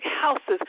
houses